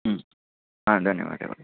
ಹ್ಞೂ ಆಂ ಧನ್ಯವಾದಗಳು